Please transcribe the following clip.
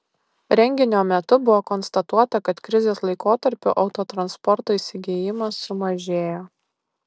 renginio metu buvo konstatuota kad krizės laikotarpiu autotransporto įsigijimas sumažėjo